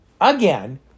again